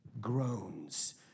groans